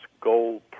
gold